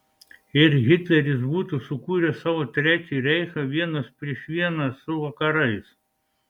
ir hitleris būtų sukūręs savo trečiąjį reichą vienas prieš vieną su vakarais